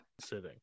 sitting